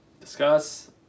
Discuss